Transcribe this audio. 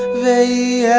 they yeah